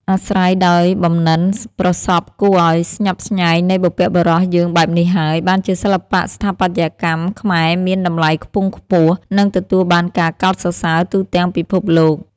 អាស្រ័យដោយបំនិនប្រសប់គួរអោយស្ញប់ស្ញែងនៃបុព្វបុរសយើងបែបនេះហើយ បានជាសិល្បៈស្ថាបត្យកម្ម ខ្មែរមាន តំលៃខ្ពង់ខ្ពស់ និងទទួលបានការកោតសរសើរទូទាំងពិភពលោក ។